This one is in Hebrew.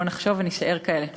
בואו נחשוב ונישאר כאלה.